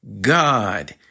God